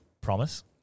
promise